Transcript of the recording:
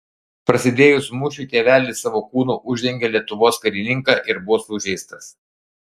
prasidėjus mūšiui tėvelis savo kūnu uždengė lietuvos karininką ir buvo sužeistas